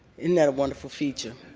and that a wonderful feature.